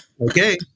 okay